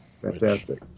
Fantastic